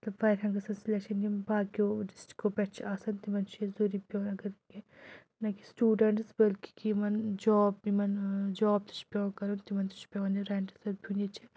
مطلب واریاہَن گژھان سِلیکشَن یِم باقٕیو ڈِسٹرٛکو پٮ۪ٹھ چھِ آسان تِمَن چھُ ییٚتہِ ضٔروٗری پٮ۪وان اگر کینٛہہ نہ کہِ سٹوٗڈَنٛٹٕس بٔلکہِ کہِ یِمَن جاب یِمَن جاب تہِ چھِ پٮ۪وان کَرُن تِمَن تہِ چھُ پٮ۪وان یہِ رٮ۪نٛٹ ییٚتہِ چھِ